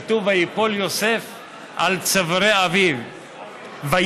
כתוב: וייפול יוסף על צווארי אביו ויבך.